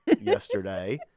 yesterday